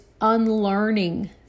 unlearning